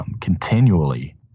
Continually